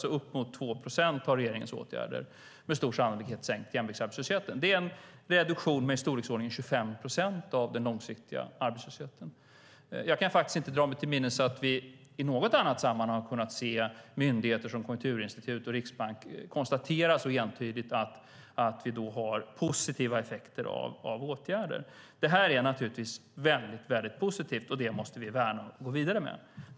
Med uppemot 2 procent har regeringens åtgärder med stor sannolikhet sänkt jämviktsarbetslösheten. Det är en reduktion med i storleksordningen 25 procent av den långsiktiga arbetslösheten. Jag kan inte dra mig till minnes att vi i något annat sammanhang kunnat se att myndigheter som Konjunkturinstitutet och Riksbanken så entydigt konstaterar att vi har positiva effekter av vidtagna åtgärder. Det här är naturligtvis väldigt positivt, och detta måste vi värna och gå vidare med.